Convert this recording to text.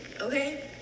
Okay